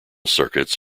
circuits